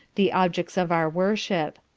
the objects of our worship.